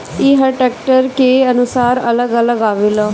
ई हर ट्रैक्टर के अनुसार अलग अलग आवेला